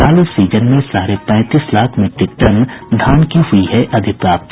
चालू सीजन में साढ़े पैंतीस लाख मीट्रिक टन धान की हुई है अधिप्राप्ति